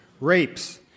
rapes